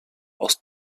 aus